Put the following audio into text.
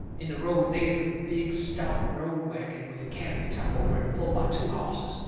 in the road they is a big stout road wagon, with a canopy top over it, pulled by two hosses,